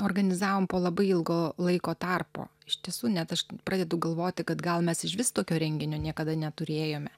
organizavom po labai ilgo laiko tarpo iš tiesų net aš pradedu galvoti kad gal mes išvis tokio renginio niekada neturėjome